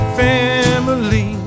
family